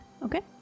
Okay